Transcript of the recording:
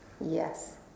Yes